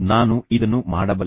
ನಾನು ಇದನ್ನು ಮಾಡಬಲ್ಲೆ